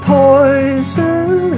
poison